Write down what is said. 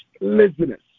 laziness